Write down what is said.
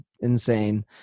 insane